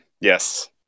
yes